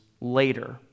later